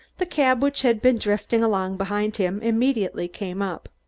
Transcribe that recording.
the cab which had been drifting along behind him immediately came up.